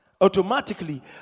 Automatically